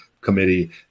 committee